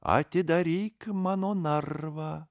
atidaryk mano narvą